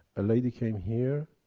a lady came here,